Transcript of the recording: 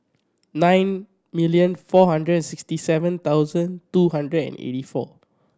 nine million four hundred and sixty seven thousand two hundred and eighty four